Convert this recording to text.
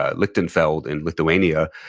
ah lichtenfeld, in lithuania,